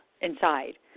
inside